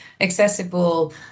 accessible